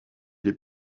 les